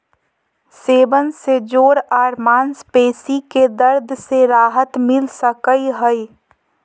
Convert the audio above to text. सेवन से जोड़ आर मांसपेशी के दर्द से राहत मिल सकई हई